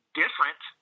different